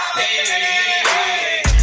hey